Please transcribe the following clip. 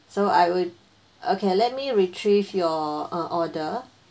so I would okay let me retrieve your uh order